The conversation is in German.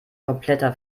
kompletter